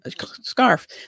scarf